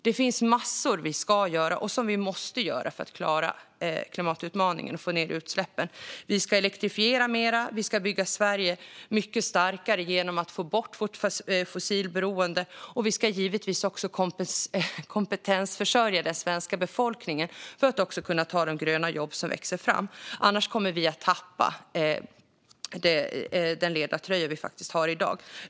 Det finns massor vi ska göra, och som vi måste göra, för att klara klimatutmaningen och få ned utsläppen. Vi ska elektrifiera mer. Vi ska bygga Sverige mycket starkare genom att få bort vårt fossilberoende. Vi ska givetvis också kompetenshöja den svenska befolkningen så att människor kan ta de gröna jobb som växer fram. Annars kommer vi att tappa den ledartröja vi faktiskt har i dag.